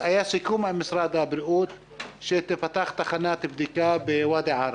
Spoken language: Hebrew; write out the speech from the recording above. היה סיכום עם משרד הבריאות שתיפתח תחנת בדיקה בוואדי ערה.